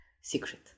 secret